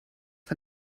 von